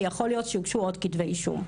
כי יכול להיות שהוגשו עוד כתבי אישום.